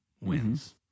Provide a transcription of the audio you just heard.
wins